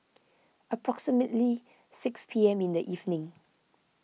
approximately six P M in the evening